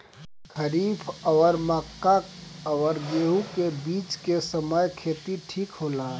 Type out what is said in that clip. खरीफ और मक्का और गेंहू के बीच के समय खेती ठीक होला?